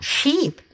Sheep